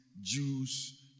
Jews